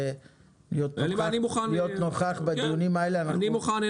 להיות נוכח בדיונים האלה --- אני מוכן.